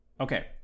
okay